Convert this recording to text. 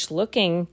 looking